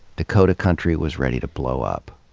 dakota country was ready to blow up.